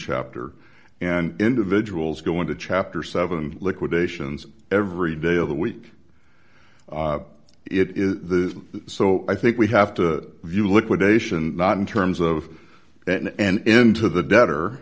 chapter and individuals go into chapter seven liquidations every day of the week it is the so i think we have to view liquidation not in terms of that and into the debtor